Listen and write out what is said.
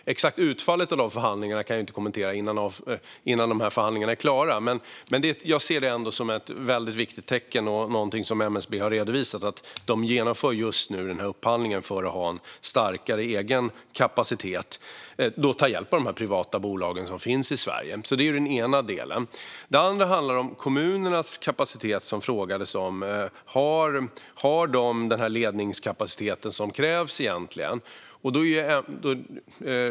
Det exakta utfallet av dessa förhandlingar kan jag inte kommentera innan de är klara, men jag ser det som ett viktigt tecken. MSB har redovisat att de just nu genomför den här upphandlingen för att ha en starkare egen kapacitet genom att ta hjälp av de privata bolag som finns i Sverige. Det är den ena delen. Den andra delen handlar om kommunernas kapacitet, vilket det frågades om. Har de egentligen den ledningskapacitet som krävs?